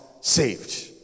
saved